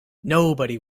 nobody